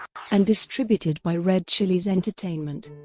and distributed by red chillies entertainment.